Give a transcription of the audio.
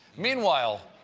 meanwhile,